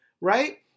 right